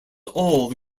all